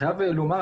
אני חייב לומר,